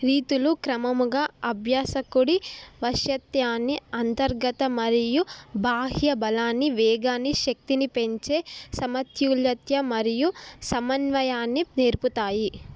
రీతులు క్రమముగా అభ్యాసకుడి వశ్యతాన్ని అంతర్గత మరియు బాహ్య బలాన్ని వేగాన్ని శక్తిని పెంచే సమతుల్యత మరియు సమన్వయాన్ని నేర్పుతాయి